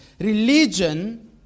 Religion